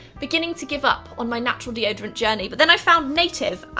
beginning to give up on my natural deodorant journey, but then i found native.